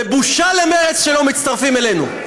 ובושה למרצ שלא מצטרפים אלינו.